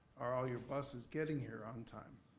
are all your buses getting here on time?